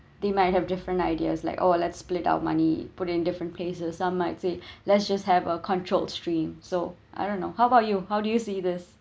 they might have different ideas like oh let's split out money put in different places some might say let's just have a controlled stream so I don't know how about you how do you see this